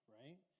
right